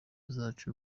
zacu